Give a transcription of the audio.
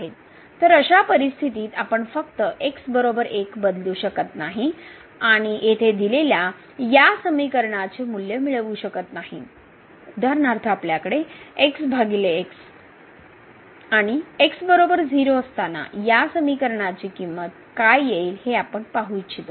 तर अशा परिस्थितीत आपण फक्त x 1 बदलू शकत नाही आणि येथे दिलेल्या या समीकरणाचे मूल्य मिळवू शकत नाही उदाहरणार्थ आपल्याकडे आणि x 0 असताना या समीकरणाची किंमत काय येईल हे आपण पाहू इच्छितो